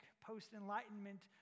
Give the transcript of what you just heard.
post-enlightenment